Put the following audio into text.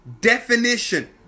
definition